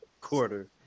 quarter